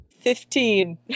Fifteen